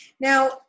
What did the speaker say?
Now